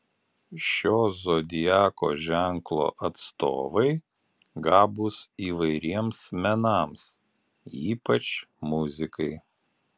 šio zodiako ženklo atstovai gabūs įvairiems menams ypač muzikai